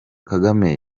kagame